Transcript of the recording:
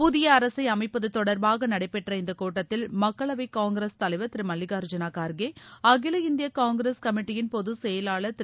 புதிய அரசை அமைப்பது தொடர்பாக நடைபெற்ற இந்தக் கூட்டத்தில் மக்களவை காங்கிரஸ் தலைவர் திரு மல்லிகார்ஜூன கார்கே அகில இந்திய காங்கிரஸ் கமிட்டியின் பொதுச்செயலாளர் திரு